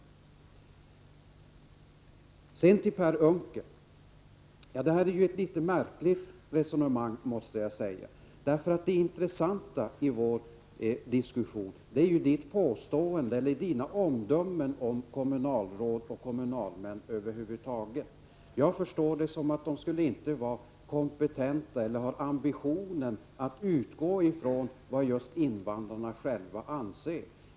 Sedan måste jag säga till Per Unckel att det är ett märkligt resonemang han för. Det intressanta i vår diskussion är ju hans omdöme om kommunalråd och kommunalmän över huvud taget. Jag förstår det som att de inte skulle vara kompetenta eller ha ambitionen att utgå ifrån vad invandrarna själva anser.